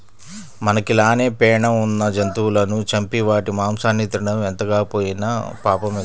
మనకి లానే పేణం ఉన్న జంతువులను చంపి వాటి మాంసాన్ని తినడం ఎంతగాకపోయినా పాపమే గదా